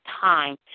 time